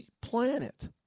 planet